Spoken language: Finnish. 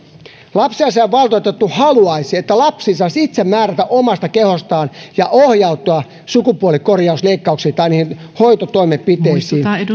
lapsiasiainvaltuutettu haluaisi että lapsi saisi itse määrätä omasta kehostaan ja ohjautua sukupuolenkorjausleikkaukseen tai niihin hoitotoimenpiteisiin